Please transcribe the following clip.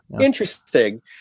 interesting